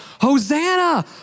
Hosanna